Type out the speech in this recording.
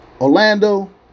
Orlando